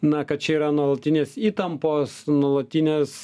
na kad čia yra nuolatinės įtampos nuolatinės